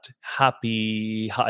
happy